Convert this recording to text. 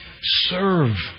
serve